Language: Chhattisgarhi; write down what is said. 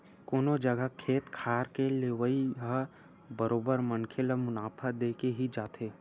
कोनो जघा खेत खार के लेवई ह बरोबर मनखे ल मुनाफा देके ही जाथे